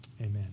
Amen